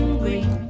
green